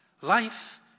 Life